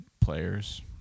players